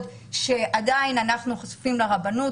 שאנחנו כפופים לרבנות,